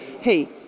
hey